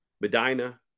Medina